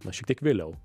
na šiek tiek vėliau